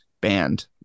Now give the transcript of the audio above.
banned